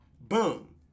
boom